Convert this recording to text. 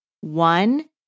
One